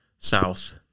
south